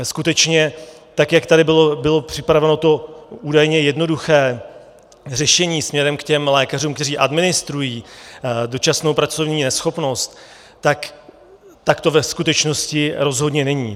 Skutečně tak jak tady bylo připraveno to údajně jednoduché řešení směrem k těm lékařům, kteří administrují dočasnou pracovní neschopnost, tak to ve skutečnosti rozhodně není.